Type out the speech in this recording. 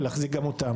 ולהחזיק גם אותם,